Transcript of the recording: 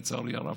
לצערי הרב,